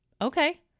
Okay